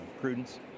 Prudence